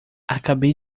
acabei